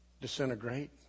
disintegrate